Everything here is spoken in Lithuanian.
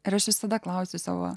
ar aš visada klausiu savo